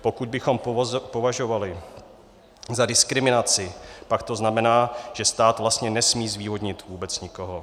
Pokud bychom to považovali za diskriminaci, pak to znamená, že vlastně stát nesmí zvýhodnit vůbec nikoho.